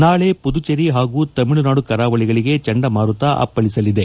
ನಾಳೆ ಪುದುಚೇರಿ ಹಾಗೂ ತಮಿಳುನಾಡು ಕರಾವಳಿಗಳಿಗೆ ಚಂಡಮಾರುತ ಅಪ್ಪಳಿಸಲಿದೆ